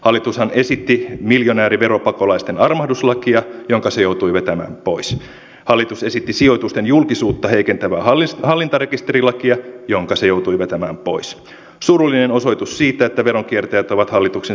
hallitushan esitti miljonääriveropakolaisten armahduslakia jonka se joutui vetämään pois ja hallitus esitti sijoitusten julkisuutta heikentävää hallintarekisterilakia jonka se joutui vetämään pois surullinen osoitus siitä että veronkiertäjät ovat hallituksen sydäntä lähellä